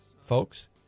folks